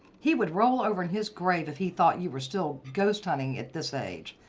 he would roll over in his grave if he thought you were still ghost hunting at this age.